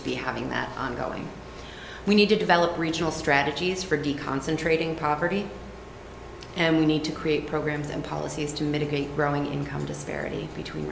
to be having that ongoing we need to develop regional strategies for deacon's and treating property and we need to create programs and policies to mitigate growing income disparity between